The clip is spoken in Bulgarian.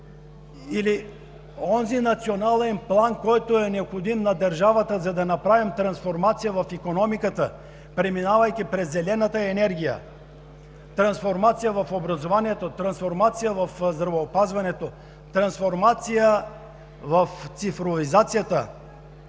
или онзи национален план, който е необходим на държавата, за да направим трансформация в икономиката, преминавайки през зелената енергия; трансформация в образованието; трансформация в здравеопазването; трансформация в цифровизацията;